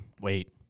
Wait